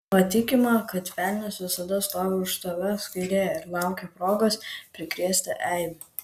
mat tikima kad velnias visada stovi už tavęs kairėje ir laukia progos prikrėsti eibių